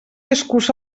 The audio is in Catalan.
escurça